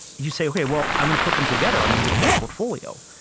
you say, okay well, i'm going to put them together. i'm going to get a better portfolio.